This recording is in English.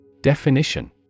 Definition